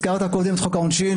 הזכרת קודם את חוק העונשין,